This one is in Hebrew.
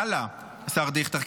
הלאה, השר דיכטר.